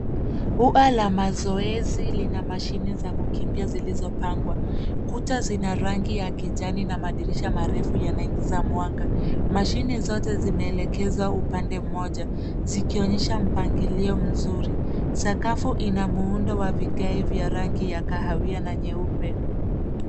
Ua la mazoezi lina mashine za kukimbia zilizopangwa. Kuta zina rangi ya kijani na madirisha marefu yanayoingiza mwanga. Mashine zote zimeelekezwa upande mmoja zikionyesha mpangilio mzuri. Sakafu ina muundo wa vigae wa rangi ya kahawia na nyeupe.